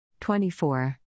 24